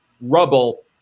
rubble